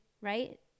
right